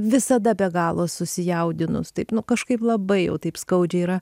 visada be galo susijaudinus taip nu kažkaip labai jau taip skaudžiai yra